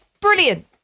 brilliant